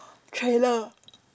trailer